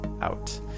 out